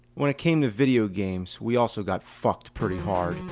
when it came to video games, we also got fucked pretty hard.